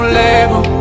label